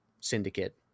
Syndicate